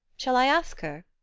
shall i ask her?